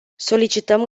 solicităm